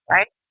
Right